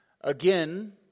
Again